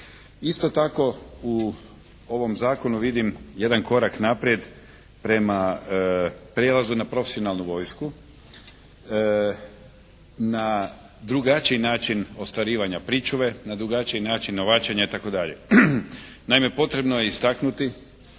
Isto tako, u ovom zakonu vidim jedan korak naprijed prema prijelazu na profesionalnu vojsku, na drugačiji način ostvarivanja pričuve, na drugačiji način novačenja itd. Naime, potrebno je istaknuti